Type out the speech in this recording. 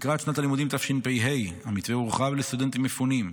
לקראת שנת הלימודים תשפ"ה המתווה הורחב לסטודנטים מפונים,